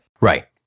Right